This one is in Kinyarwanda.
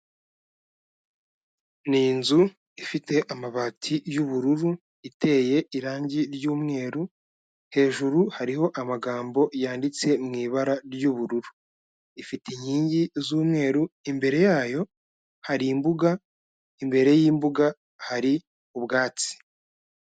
Ni inzu ifite amabati y'ubururu, iteye irangi ry'umweru, hejuru hariho amagambo yanditse mu ibara ry'ubururu. Ifite inkingi z'umweru, imbere yayo hari imbuga, imbere y'imbuga hari ubwatsi.